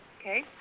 Okay